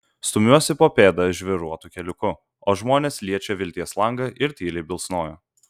stumiuosi po pėdą žvyruotu keliuku o žmonės liečia vilties langą ir tyliai bilsnoja